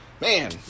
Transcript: Man